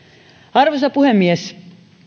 arvoisa puhemies